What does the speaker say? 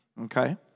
Okay